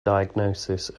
diagnosis